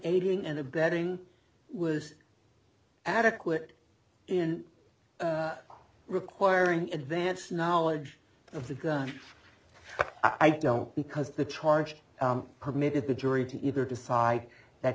aiding and abetting was adequate in requiring advance knowledge of the gun i don't because the charge permitted the jury to either decide that